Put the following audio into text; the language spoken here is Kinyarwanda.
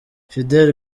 fidele